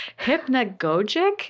Hypnagogic